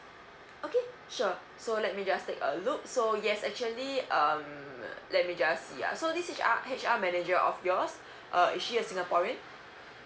okay sure so let me just take a look so yes actually um let me just ya so this is R~ H_R manager of yours uh is she a singaporean